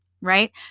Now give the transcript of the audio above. right